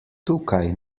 tukaj